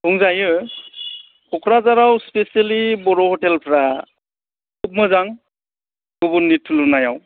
बुंजायो क'क्राझाराव स्पेसियेलि बर' हटेलफ्रा खुब मोजां गुबुननि थुलुनायाव